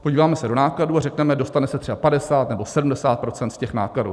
Podíváme se do nákladů a řekneme, dostane se třeba 50 nebo 70 % z těch nákladů.